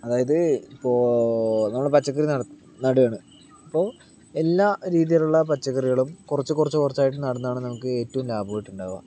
അതായത് ഇപ്പോൾ നമ്മള് പച്ചക്കറി നടാ നടാണ് അപ്പോൾ എല്ലാ രീതിയിലുള്ള പച്ചക്കറികളും കുറച്ച് കുറച്ച് കുറച്ചായിട്ട് നടുന്നതാണ് നമുക്ക് ഏറ്റവും ലാഭമായിട്ട് ഉണ്ടാവുക